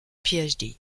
phd